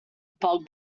bug